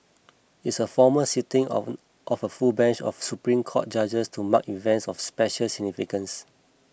it's a formal sitting of of a full bench of Supreme Court judges to mark events of special significance